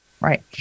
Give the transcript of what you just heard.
Right